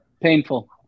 painful